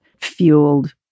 fueled